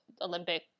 Olympic